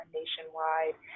nationwide